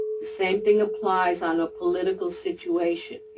the same thing applies on a political situation.